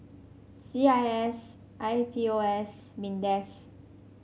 C I S I P O S Mindef